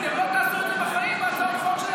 אתם לא תעשו את זה בחיים על הצעות חוק של האופוזיציה,